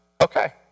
okay